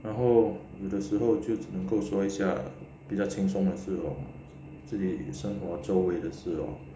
然后有的时候就能够说一下比较轻松一些咯这里生活周围的事啦